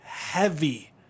Heavy